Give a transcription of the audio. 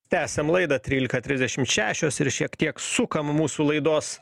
tęsiam laidą trylika trisdešimt šešios ir šiek tiek sukam mūsų laidos